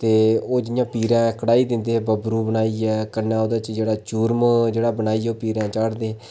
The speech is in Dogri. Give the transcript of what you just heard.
ते ओह् जि'यां पीरें दे कढाई दिंदे बबरू बनाइयै कन्नै ओह्दे बिच चूरम जेह्ड़ा बनाइयै पीरें दे चाढ़दे